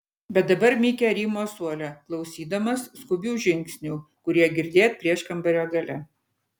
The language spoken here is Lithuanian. bet dabar mikė rymo suole klausydamas skubių žingsnių kurie girdėt prieškambario gale